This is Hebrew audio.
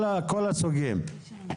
כל הסוגים.